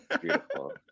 Beautiful